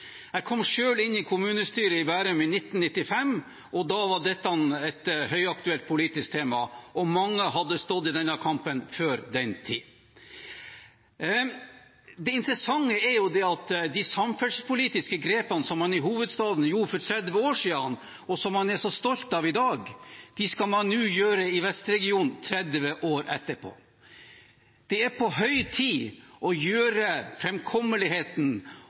Jeg kom selv inn i kommunestyret i Bærum i 1995, og da var dette et høyaktuelt politisk tema, og mange hadde stått i denne kampen før den tid. Det interessante er at de samferdselspolitiske grepene som man i hovedstaden gjorde for 30 år siden, og som man er så stolt av i dag, skal man nå gjøre i vestregionen 30 år etterpå. Det er på høy tid å